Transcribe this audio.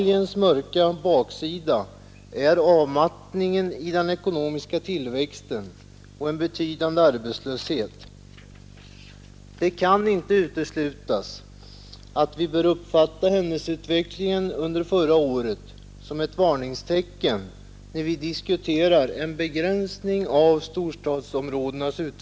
Medaljens baksida är en avmattning i den ekonomiska tillväxten och en betydande arbetslöshet. Det kan inte uteslutas att vi bör uppfatta händelseutvecklingen under förra året som ett varningstecken, när vi diskuterar en begränsning av storstadsområdenas tillväxt.